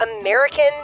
American